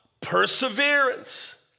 perseverance